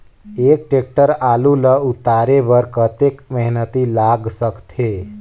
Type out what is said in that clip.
एक टेक्टर आलू ल उतारे बर कतेक मेहनती लाग सकथे?